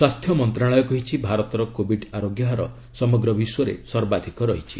ସ୍ୱାସ୍ଥ୍ୟ ମନ୍ତ୍ରଣାଳୟ କହିଛି ଭାରତର କୋବିଡ୍ ଆରୋଗ୍ୟ ହାର ସମଗ୍ର ବିଶ୍ୱରେ ସର୍ବାଧିକ ରହିଛି